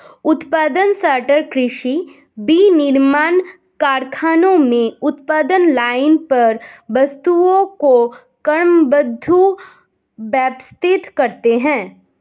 उत्पादन सॉर्टर कृषि, विनिर्माण कारखानों में उत्पादन लाइन पर वस्तुओं को क्रमबद्ध, व्यवस्थित करते हैं